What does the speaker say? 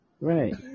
Right